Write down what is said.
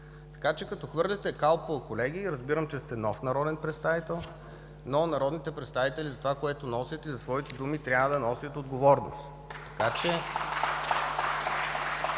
Така че като хвърляте кал по колеги, разбирам, че сте нов народен представител, но народните представители за своите думи трябва да носят отговорност.